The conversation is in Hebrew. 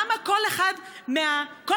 למה כל אחת מהדילמות,